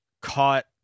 caught